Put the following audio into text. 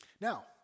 Now